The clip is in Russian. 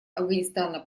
афганистана